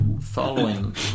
following